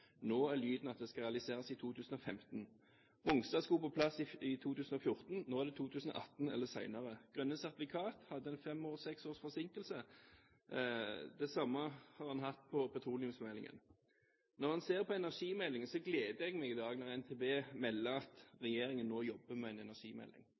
Nå sier en at det skal realiseres i 2015. Mongstad skulle på plass i 2014, nå er det 2018 eller senere. Grønne sertifikat hadde fem–seks års forsinkelse. Det samme har en hatt på petroleumsmeldingen. Når en ser på energimeldingen, gleder det meg i dag når NTB melder at